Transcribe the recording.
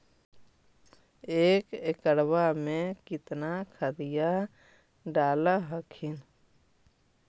एक एकड़बा मे कितना खदिया डाल हखिन?